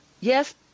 Yes